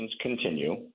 continue